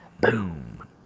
Boom